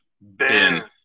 Ben